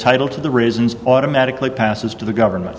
title to the reasons automatically passes to the government